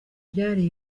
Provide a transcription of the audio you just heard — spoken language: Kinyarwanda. byari